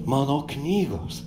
mano knygos